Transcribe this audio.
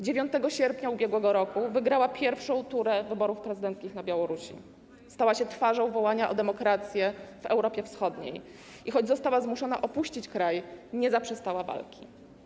9 sierpnia ub.r. wygrała pierwszą turę wyborów prezydenckich na Białorusi, stała się twarzą wołania o demokrację w Europie Wschodniej i choć została zmuszona do opuszczenia kraju, nie zaprzestała walki.